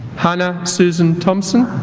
hannah susan thompson